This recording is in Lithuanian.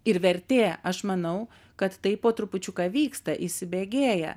ir vertė aš manau kad tai po trupučiuką vyksta įsibėgėja